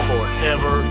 Forever